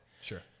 sure